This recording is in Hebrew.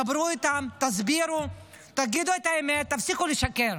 דברו איתם, תסבירו, תגידו את האמת, תפסיקו לשקר.